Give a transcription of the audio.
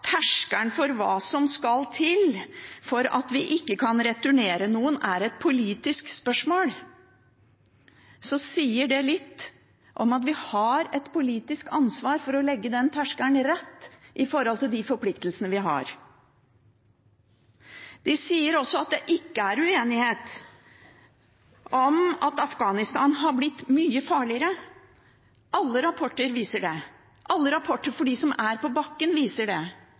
terskelen for hva som skal til for at vi ikke kan returnere noen, er et politisk spørsmål, sier det litt om at vi har et politisk ansvar for å legge den terskelen rett, etter de forpliktelsene vi har. Det sies også at det ikke er uenighet om at Afghanistan har blitt mye farligere. Alle rapporter viser det, alle rapporter for dem som er på bakken, viser det.